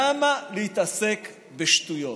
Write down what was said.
למה להתעסק בשטויות?